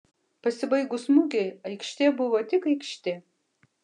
pasibaigus mugei aikštė buvo tik aikštė